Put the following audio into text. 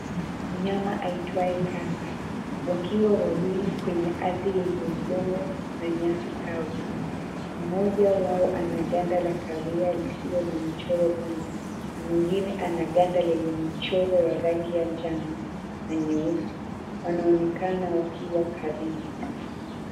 Mnyama aitwaye kasa wakiwa wawili kwenye ardhi yenye udongo na nyasi kavu, mmoja wao ana ganda la kawia lisilo na michoro mingi, mwingine ana ganda lenye michoro ya rangi ya njano na nyeusi. Wanaonekana wakiwa karibu.